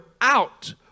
out